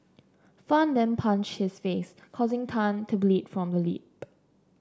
fan then punched his face causing Tan to bleed from the lip